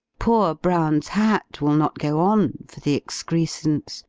poor brown's hat will not go on, for the excrescence,